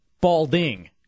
Balding